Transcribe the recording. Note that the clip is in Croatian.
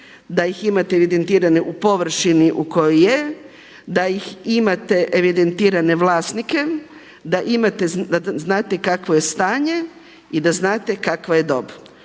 da ih imate evidentirane u površini u kojoj je, da ih imate evidentirane vlasnike, da imate, da znate kakvo je stanje i da znate kakva je dob.